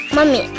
Mommy